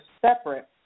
separate